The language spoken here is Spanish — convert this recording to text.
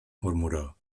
murmuró